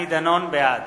בעד